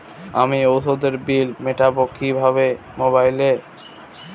আমি ওষুধের বিল মেটাব কিভাবে মোবাইলে?